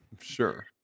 Sure